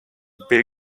bill